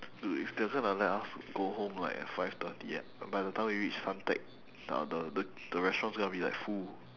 dude if they're going to let us go home like at five thirty at by the time we reach suntec the the the the restaurant's gonna be like full